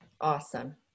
Awesome